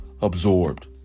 absorbed